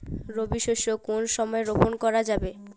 রবি শস্য কোন সময় রোপন করা যাবে?